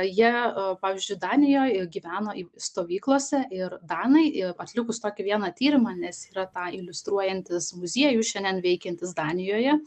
jie pavyzdžiui danijoj gyveno stovyklose ir danai atlikus tokį vieną tyrimą nes yra tą iliustruojantis muziejus šiandien veikiantis danijoje